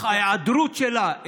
ההיעדרות שלה,